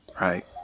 right